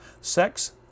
Sex